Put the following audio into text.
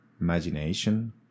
imagination